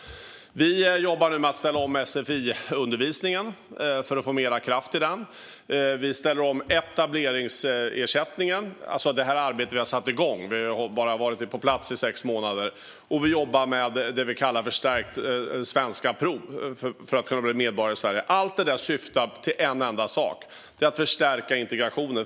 Vi jobbar med att ställa om sfi-undervisningen för att få mer kraft i den, och vi ställer om etableringsersättningen. Dessa arbeten har vi satt i gång; vi har ju bara varit på plats i sex månader. Vi jobbar också med det vi kallar förstärkt prov i svenska för att kunna bli medborgare i Sverige. Allt detta syftar till en enda sak: att förstärka integrationen.